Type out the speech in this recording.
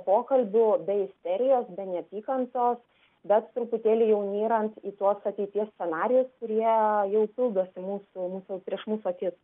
pokalbių be serijos be neapykantos bet truputėlį jau nyrant į tuos ateities scenarijus kurie jau pildosi mūsų mūsų prieš mūsų akis